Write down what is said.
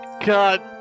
God